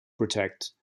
protect